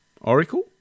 Oracle